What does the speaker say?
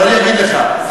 אבל אני אגיד לך,